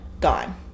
gone